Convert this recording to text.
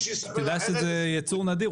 זה יצור נדיר,